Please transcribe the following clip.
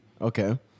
Okay